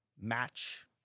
match